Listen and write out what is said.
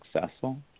successful